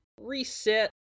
reset